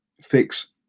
fix